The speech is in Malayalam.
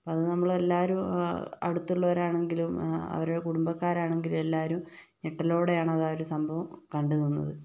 അത് നമ്മളെല്ലാരും അടുത്തുള്ളൊരാണെങ്കിലും അവരെ കുടുംബക്കാരാണെങ്കിലും എല്ലാരും ഞെട്ടലോടെയാണ് അതാഒരു സംഭവം കണ്ടു നിന്നത്